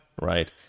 right